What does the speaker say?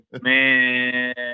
man